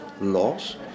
laws